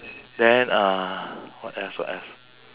then uh what else what else